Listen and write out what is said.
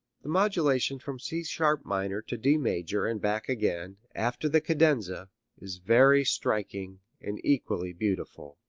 the modulation from c sharp minor to d major and back again after the cadenza is very striking and equally beautiful.